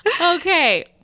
Okay